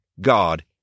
God